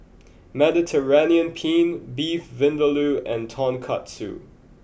Mediterranean Penne Beef Vindaloo and Tonkatsu